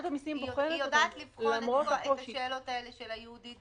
היא יודעת לבחון את השאלות האלה של היהודית,